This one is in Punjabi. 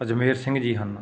ਅਜਮੇਰ ਸਿੰਘ ਜੀ ਹਨ